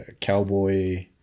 cowboy